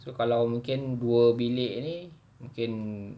so kalau mungkin dua bilik ini mungkin